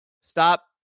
stop